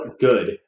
good